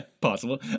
possible